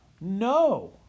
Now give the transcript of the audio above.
No